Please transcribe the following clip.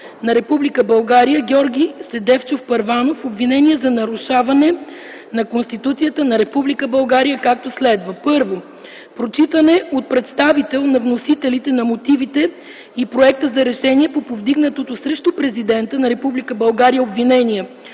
България Георги Седефчов Първанов обвинение за нарушаване на Конституцията на Република България както следва: 1. Прочитане от представител на вносителите на мотивите и проекта за решение по повдигнатото срещу президента на Република